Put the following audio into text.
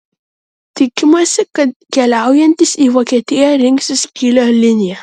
tikimasi kad keliaujantys į vokietiją rinksis kylio liniją